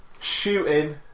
Shooting